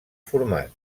format